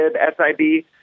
s-i-b